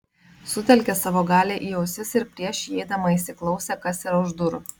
sutelkė savo galią į ausis ir prieš įeidama įsiklausė kas yra už durų